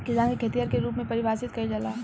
किसान के खेतिहर के रूप में परिभासित कईला जाला